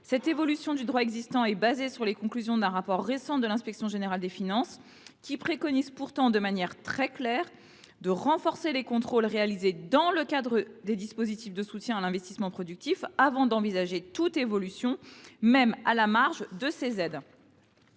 Cette évolution du droit existant se fonde sur les conclusions d’un rapport récent de l’inspection générale des finances (IGF), qui préconise pourtant de manière très claire de « renforcer les contrôles réalisés dans le cadre des dispositifs de soutien à l’investissement productif avant d’envisager toute évolution de ces aides,